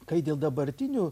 kai dėl dabartinių